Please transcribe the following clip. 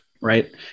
right